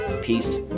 peace